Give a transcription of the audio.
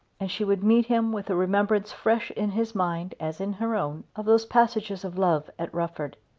and she would meet him with the remembrance fresh in his mind as in her own of those passages of love at rufford.